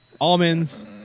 almonds